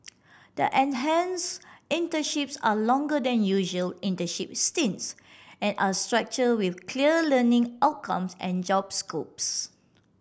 the enhanced internships are longer than usual internship stints and are structured with clear learning outcomes and job scopes